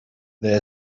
there